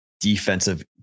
defensive